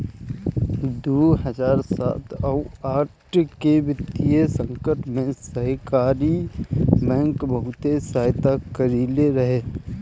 दू हजार सात अउरी आठ के वित्तीय संकट में सहकारी बैंक बहुते सहायता कईले रहे